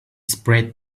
spread